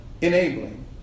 enabling